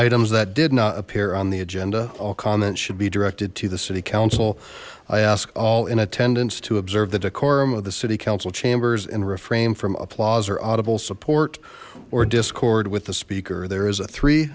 items that did not appear on the agenda all comments should be directed to the city council i ask all in attendance to observe the decorum of the city council chambers and refrain from applause or audible support or discord with the speaker there is a three